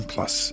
Plus